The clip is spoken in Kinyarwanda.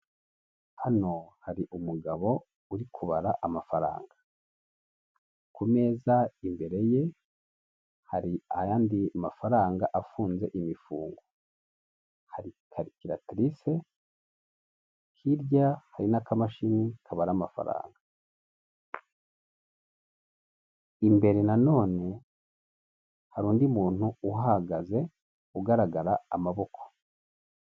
Hano hari umugabo uri kubara amafaranga ku meza imbere ye hari ayandi mafaranga afunze imifungo, hari karikatirise hirya hari n'akamashini kabara amafaranga, imbere nanone hari undi muntu uhagaze ugaragara amaboko.